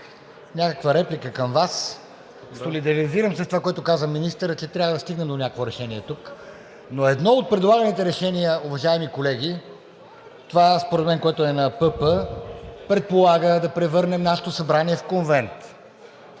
някаква реплика към Вас. Солидаризирам се с това, което каза министърът, че трябва да стигнем до някакво решение тук, но едно от предлаганите решения, уважаеми колеги, според мен, което е на ПП, предполага да превърнем нашето събрание в конвент.